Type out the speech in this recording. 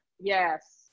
Yes